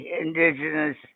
indigenous